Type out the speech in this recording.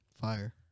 Fire